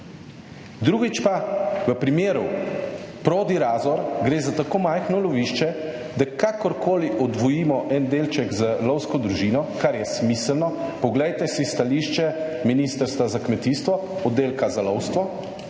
Drugič pa, v primeru Prodi Razor, gre za tako majhno lovišče, da kakorkoli odvojimo en delček z lovsko družino, kar je smiselno, poglejte si stališče Ministrstva za kmetijstvo, Oddelka za lovstvo,